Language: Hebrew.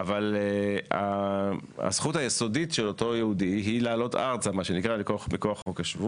אבל הזכות היסודית של אותו יהודי היא לעלות ארצה מכוח חוק השבות,